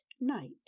night